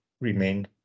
remain